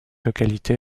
localité